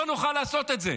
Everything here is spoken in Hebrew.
לא נוכל לעשות את זה.